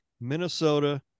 Minnesota